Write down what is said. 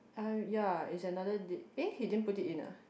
uh ya it's another date eh he didn't put it in ah